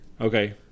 Okay